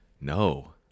No